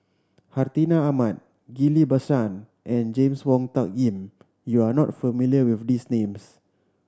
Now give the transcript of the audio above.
Hartinah Ahmad Ghillie Basan and James Wong Tuck Yim you are not familiar with these names